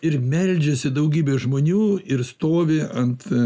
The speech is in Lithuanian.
ir meldžiasi daugybė žmonių ir stovi ant